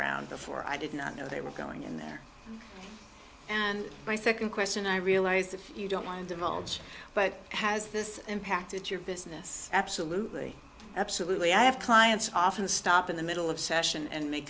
ground before i didn't know they were going in there and my second question i realize that you don't mind divulge but has this impacted your business absolutely absolutely i have clients often stop in the middle of session and make